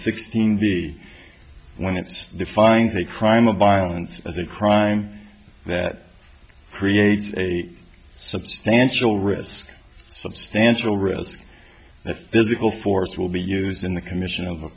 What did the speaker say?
sixteen b when it's defines a crime of violence as a crime that creates a substantial risk substantial risk that physical force will be used in the commission of a